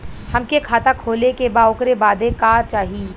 हमके खाता खोले के बा ओकरे बादे का चाही?